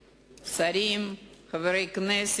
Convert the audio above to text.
לרשותך חמש דקות.